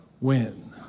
win